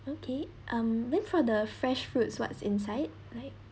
okay um then for the fresh fruits what's inside like